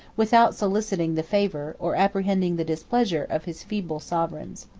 without soliciting the favor, or apprehending the displeasure, of his feeble sovereigns.